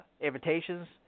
invitations